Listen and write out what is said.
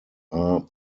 are